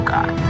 God